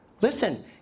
Listen